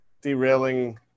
derailing